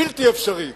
בלתי אפשרי.